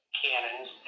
cannons